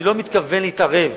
אני לא מתכוון להתערב